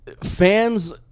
fans